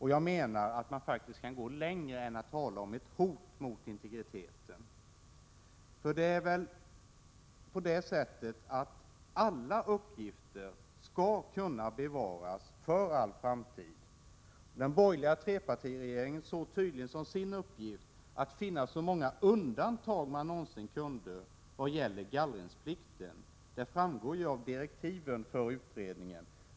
Jag menar att man faktiskt kan gå längre än att bara tala om ett hot mot integriteten, för det är väl på det sättet att alla uppgifter skall kunna bevaras för all framtid. Den borgerliga trepartiregeringen såg det tydligen som sin uppgift att finna så många undantag som möjligt vad gäller gallringsplikten. Det framgår av direktiven för utredningen.